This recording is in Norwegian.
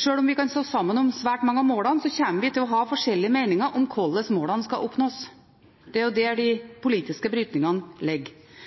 sjøl om vi kan stå sammen om svært mange av målene, kommer vi til å ha forskjellige meninger om hvordan målene skal oppnås. Det er jo der de politiske brytningene